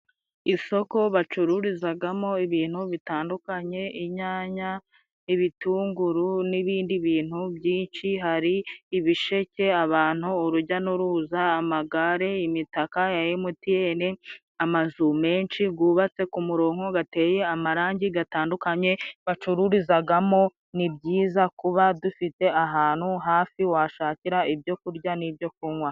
Isoko bacururizagamo ibintu bitandukanye inyanya, ibitunguru n'ibindi bintu byinshi. Hari ibisheke abantu urujya n'uruza, amagare imitaka ya Emutiyeni, amazu menshi gubatse ku murongo gateye amarangi gatandukanye bacururizagamo. Ni byiza kuba dufite ahantu hafi washakira ibyo kurya n'ibyo kunywa.